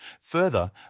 Further